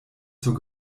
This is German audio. zur